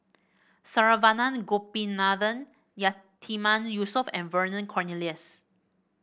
Saravanan Gopinathan Yatiman Yusof and Vernon Cornelius